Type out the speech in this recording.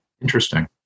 Interesting